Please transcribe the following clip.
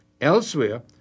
Elsewhere